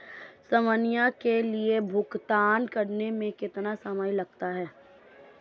स्वयं के लिए भुगतान करने में कितना समय लगता है?